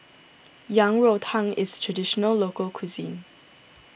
Yang Rou Tang is a Traditional Local Cuisine